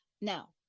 Now